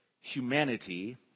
humanity